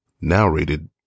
Narrated